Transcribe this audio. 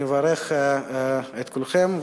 אני מברך את כולכם,